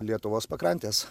lietuvos pakrantės